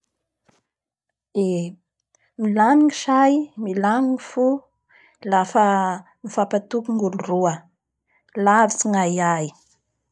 Milamy ny say, milamy ny fo lafa mifankatoky ny olo roa, lavitsy ny ahiahy.